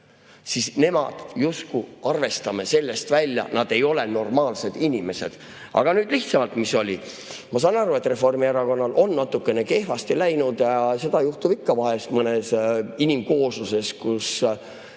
küsi, me justkui arvestame sellest välja, nad ei ole normaalsed inimesed. Aga nüüd lihtsamalt, mis oli. Ma saan aru, et Reformierakonnal on natukene kehvasti läinud ja seda juhtub ikka vahest mõnes inimkoosluses, kus